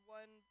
one